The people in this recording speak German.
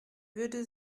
würde